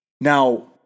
now